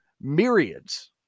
myriads